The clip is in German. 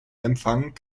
empfang